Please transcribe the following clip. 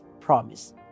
promise